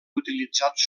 utilitzats